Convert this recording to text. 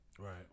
Right